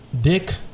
Dick